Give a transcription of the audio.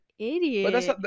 idiot